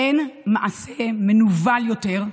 אין מעשה מנוול יותר,